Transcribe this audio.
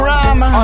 Rama